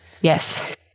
Yes